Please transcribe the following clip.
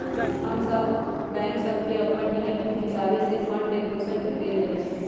सभ बैंक सभके अप्पन नियम के हिसावे से फंड एक दोसर के देल जाइ छइ